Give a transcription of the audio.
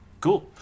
Cool